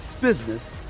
business